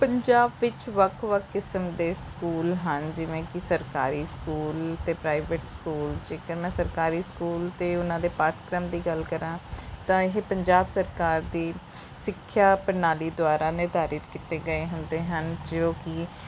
ਪੰਜਾਬ ਵਿੱਚ ਵੱਖ ਵੱਖ ਕਿਸਮ ਦੇ ਸਕੂਲ ਹਨ ਜਿਵੇਂ ਕਿ ਸਰਕਾਰੀ ਸਕੂਲ ਅਤੇ ਪ੍ਰਾਈਵੇਟ ਸਕੂਲ ਜੇਕਰ ਮੈਂ ਸਰਕਾਰੀ ਸਕੂਲ ਅਤੇ ਉਨ੍ਹਾਂ ਦੇ ਪਾਠਕ੍ਰਮ ਦੀ ਗੱਲ ਕਰਾਂ ਤਾਂ ਇਹ ਪੰਜਾਬ ਸਰਕਾਰ ਦੀ ਸਿੱਖਿਆ ਪ੍ਰਣਾਲੀ ਦੁਆਰਾ ਨਿਰਧਾਰਿਤ ਕੀਤੇ ਗਏ ਹੁੰਦੇ ਹਨ ਜੋ ਕਿ